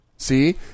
See